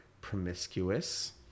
promiscuous